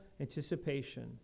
anticipation